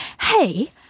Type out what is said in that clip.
hey –